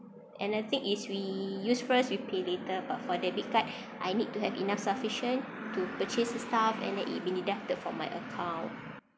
another thing is we use first we pay later but for debit card I need to have enough sufficient to purchase the stuff and then it be deducted from my account